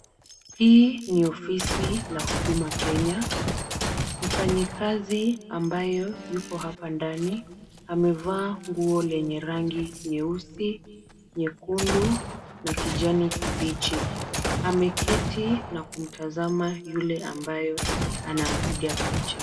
Hii ni ofisi la Huduma Kenya, mfanyikazi ambayo yuko hapa ndani amevaa nguo lenye rangi nyeusi, nyekundu na kijani kibichi. Ameketi na kumtazama yule ambayo anampiga picha.